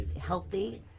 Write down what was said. healthy